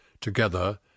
together